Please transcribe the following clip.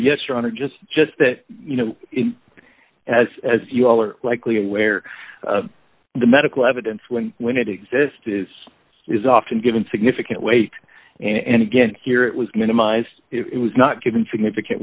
honor just just that you know as as you all are likely aware the medical evidence when when it exist is is often given significant weight and again here it was minimized it was not given significant